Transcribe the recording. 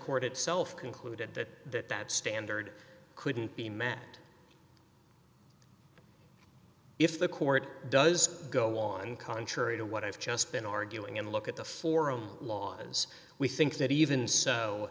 court itself concluded that that standard couldn't be met if the court does go on contrary to what i've just been arguing and look at the forum laws we think that even